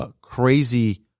Crazy